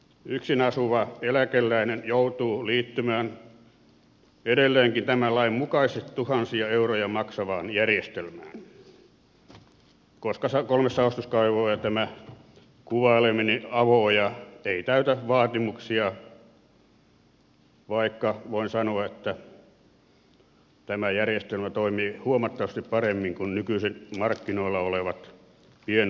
yksin asuva eläkeläinen joutuu liittymään edelleenkin tämän lain mukaisesti tuhansia euroja maksavaan järjestelmään koska kolme saostuskaivoa ja tämä kuvailemani avo oja eivät täytä vaatimuksia vaikka voin sanoa että tämä järjestelmä toimii huomattavasti paremmin kuin nykyiset markkinoilla olevat pienpuhdistamot